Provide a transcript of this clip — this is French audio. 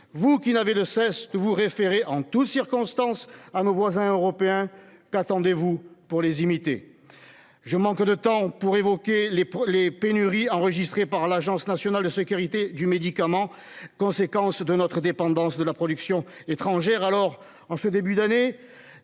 vous qui n'avait de cesse vous référer en toutes circonstances à nos voisins européens. Qu'attendez-vous pour les imiter. Je manque de temps pour évoquer les les pénuries enregistrées par l'Agence nationale de sécurité du médicament. Conséquences de notre dépendance de la production étrangère, alors en ce début d'année.